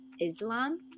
Islam